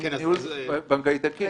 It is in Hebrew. מניהול בנקאי תקין,